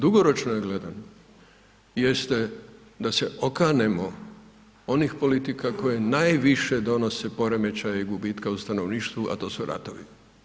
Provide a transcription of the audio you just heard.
Dugoročno gledano jeste da se okanemo onih politika koje najviše donose poremećaje gubitka u stanovništvu, a to su ratovi.